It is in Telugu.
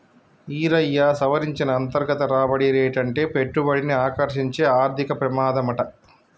ఈరయ్యా, సవరించిన అంతర్గత రాబడి రేటంటే పెట్టుబడిని ఆకర్సించే ఆర్థిక పెమాదమాట